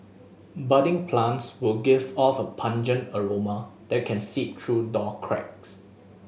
budding plants will give off a pungent aroma that can seep through door cracks